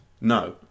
No